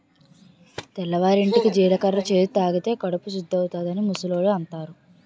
తెల్లవారింటికి జీలకర్ర చేదు తాగితే కడుపు సుద్దవుతాదని ముసలోళ్ళు అంతారు